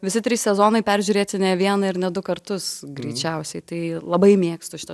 visi trys sezonai peržiūrėti ne vieną ir ne du kartus greičiausiai tai labai mėgstu šito